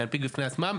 להנפיק בפני עצמן.